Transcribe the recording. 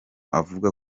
avuga